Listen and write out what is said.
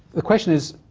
the question is,